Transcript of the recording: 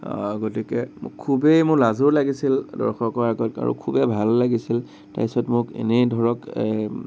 গতিকে মোক খুবেই মোৰ লাজো লাগিছিল দৰ্শকৰ আগত আৰু খুবেই ভাল লাগিছিল তাছত মোক এনেই ধৰক